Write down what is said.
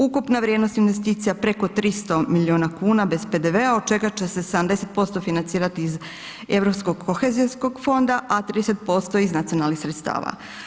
Ukupna vrijednost investicija je preko 300 milijuna kuna bez PDV-a od čega će se 70% financirati iz Europskog kohezijskog fonda a 30% iz nacionalnih sredstava.